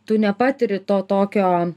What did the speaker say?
tu nepatiri to tokio